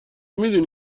میدونی